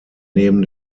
neben